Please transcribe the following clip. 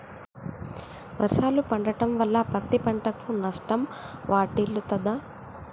వర్షాలు పడటం వల్ల పత్తి పంటకు నష్టం వాటిల్లుతదా?